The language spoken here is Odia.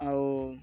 ଆଉ